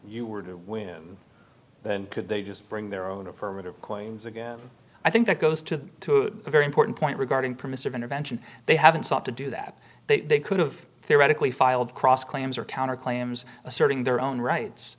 you were to win could they just bring their own affirmative claims again i think that goes to a very important point regarding permissive intervention they haven't sought to do that they could have theoretically filed cross claims or counterclaims asserting their own rights